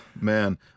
man